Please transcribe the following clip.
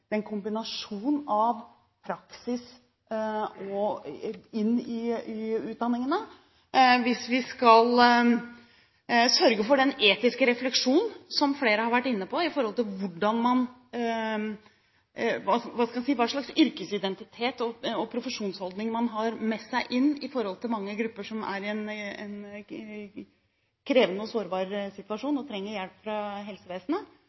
en kombinasjon med praksis i utdanningene, og hvis vi skal sørge for den etiske refleksjonen. Flere har vært inne på – hva skal man si – hva slags yrkesidentitet og profesjonsholdning man har med seg inn i møte med mange grupper som er i en krevende og sårbar situasjon, og som trenger hjelp fra helsevesenet.